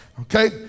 okay